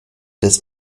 des